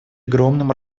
огромным